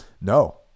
No